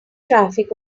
traffic